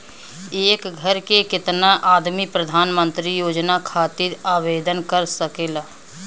एक घर के केतना आदमी प्रधानमंत्री योजना खातिर आवेदन कर सकेला?